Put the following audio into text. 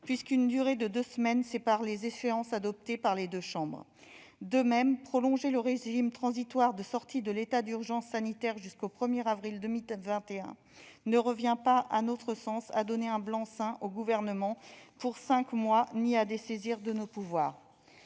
Une durée de deux semaines sépare les échéances adoptées par les deux chambres. De même, prolonger le régime transitoire de sortie de l'état d'urgence sanitaire jusqu'au 1 avril 2021 ne revient pas, à notre sens, à donner un blanc-seing au Gouvernement pour cinq mois ni à nous dessaisir de nos pouvoirs.